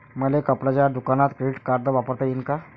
मले कपड्याच्या दुकानात क्रेडिट कार्ड वापरता येईन का?